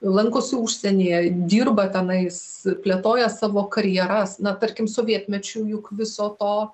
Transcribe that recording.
lankosi užsienyje dirba tenais plėtoja savo karjeras na tarkim sovietmečiu juk viso to